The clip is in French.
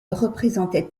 représentait